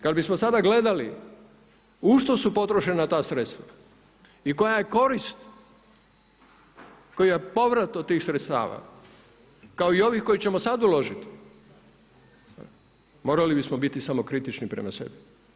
Kad bismo sada gledali u štosu potrošena ta sredstva i koja je korist, koja povrat od tih sredstava, kao i ovih koje ćemo sad uložiti, morali bismo biti samokritični prema sebi.